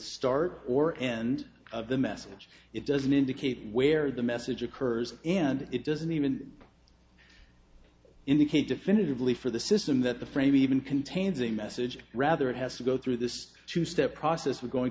start or end of the message it doesn't indicate where the message occurs and it doesn't even indicate definitively for the system that the frame even contains a message rather it has to go through this two step process with going